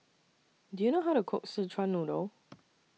Do YOU know How to Cook Szechuan Noodle